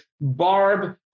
Barb